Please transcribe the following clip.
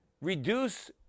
reduce